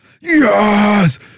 Yes